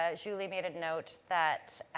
ah julie made a note that